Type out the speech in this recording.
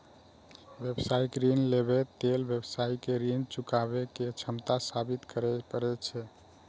व्यावसायिक ऋण लेबय लेल व्यवसायी कें ऋण चुकाबै के क्षमता साबित करय पड़ै छै